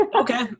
Okay